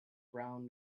brown